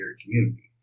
community